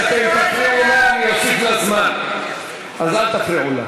חברת הכנסת בן ארי.